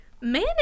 man